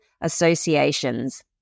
associations